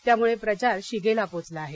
त्यामुळे प्रचार शिगेला पोचला आहे